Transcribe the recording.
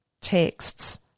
texts